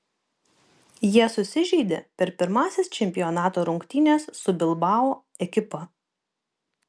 jie susižeidė per pirmąsias čempionato rungtynes su bilbao ekipa